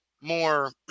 more